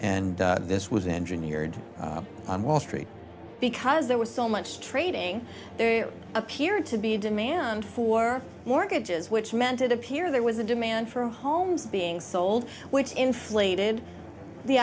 and this was engineered on wall street because there was so much trading there appeared to be a demand for mortgages which meant it appear there was a demand for home being sold which inflated the